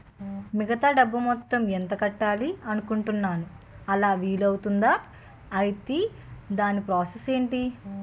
మిగతా డబ్బు మొత్తం ఎంత కట్టాలి అనుకుంటున్నాను అలా వీలు అవ్తుంధా? ఐటీ దాని ప్రాసెస్ ఎంటి?